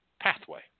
pathway